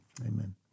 amen